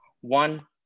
One